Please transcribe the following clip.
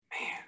Man